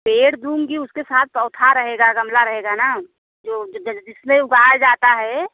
पेड़ दूँगी उसके साथ पौथा रहेगा गमला रहेगा ना जो जिसमें उगाया जाता है